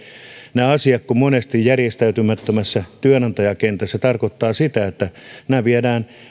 nämä asiat monesti järjestäytymättömässä työnantajakentässä tarkoittavat sitä että nämä viedään